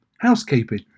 Housekeeping